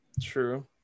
true